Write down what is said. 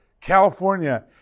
California